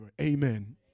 Amen